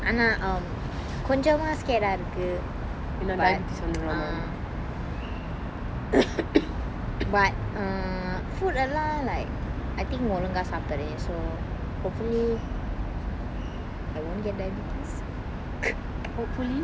ஆனா:aana um கொஞ்சமா:konjama scared ah இருக்கு:irukku but ah but err food எல்லாம்:ellam like I think ஒழுங்கா சாப்பிரன்:olunga sappiran so hopefully I won't get diabetes hopefully